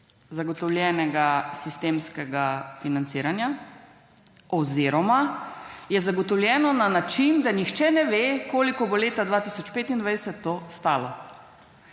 zagotovljenega sistemskega financiranja oziroma je zagotovljeno na način, da nihče ne ve koliko bo leta 2025 to stalo.